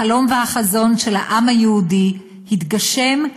החלום והחזון של העם היהודי התגשם,